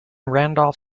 randolph